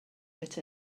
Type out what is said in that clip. but